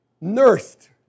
nursed